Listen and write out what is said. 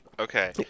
Okay